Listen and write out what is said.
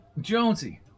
Jonesy